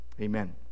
Amen